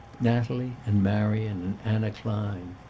natalie and marion and anna klein.